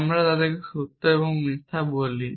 আমরা তাদের সত্য এবং মিথ্যা বলি